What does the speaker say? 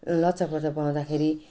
लच्छा पराठा बनाउँदाखेरि